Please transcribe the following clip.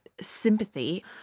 sympathy